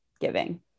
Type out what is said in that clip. giving